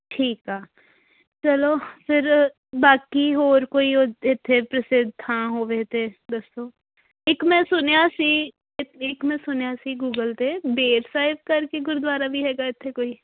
ਠੀਕ ਆ ਚਲੋ ਫਿਰ ਬਾਕੀ ਹੋਰ ਕੋਈ ਓ ਇੱਥੇ ਪ੍ਰਸਿੱਧ ਥਾਂ ਹੋਵੇ ਤਾਂ ਦੱਸੋ ਇੱਕ ਮੈਂ ਸੁਣਿਆ ਸੀ ਇੱਕ ਮੈਂ ਸੁਣਿਆ ਸੀ ਗੂਗਲ 'ਤੇ ਬੇਰ ਸਾਹਿਬ ਕਰਕੇ ਗੁਰਦੁਆਰਾ ਵੀ ਹੈਗਾ ਇੱਥੇ ਕੋਈ